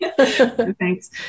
Thanks